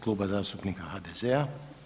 Kluba zastupnika HDZ-a.